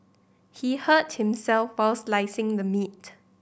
he hurt himself while slicing the meat